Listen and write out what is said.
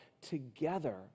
together